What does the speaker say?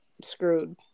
screwed